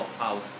house